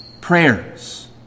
prayers